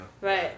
right